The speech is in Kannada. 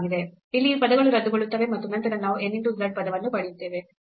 ಇಲ್ಲಿ ಈ ಪದಗಳು ರದ್ದುಗೊಳ್ಳುತ್ತವೆ ಮತ್ತು ನಂತರ ನಾವು n into z ಪದವನ್ನು ಪಡೆಯುತ್ತೇವೆ